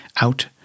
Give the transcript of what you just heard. out